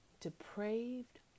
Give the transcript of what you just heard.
depraved